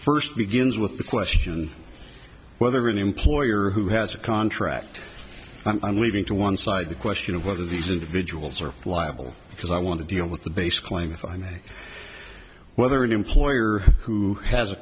first begins with the question of whether an employer who has a contract i'm leaving to one side the question of whether these individuals are liable because i want to deal with the base claim if i may whether an employer who has a